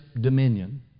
dominion